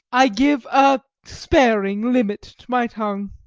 i give a sparing limit to my tongue.